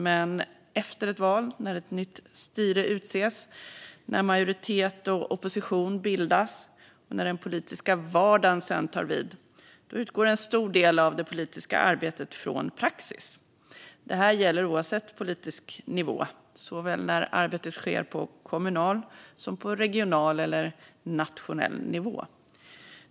Men efter ett val, när ett nytt styre utses, när majoritet och opposition bildas och när den politiska vardagen sedan tar vid, utgår en stor del av det politiska arbetet från praxis. Det gäller oavsett politisk nivå, såväl när arbetet sker på kommunal som på regional eller nationell nivå.